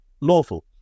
lawful